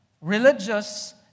religious